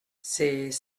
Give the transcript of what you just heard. c’est